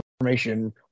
information